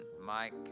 Mike